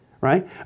right